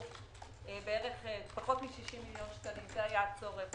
פחות מ-60 מיליון שקלים, זה היה הצורך.